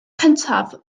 cyntaf